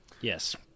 Yes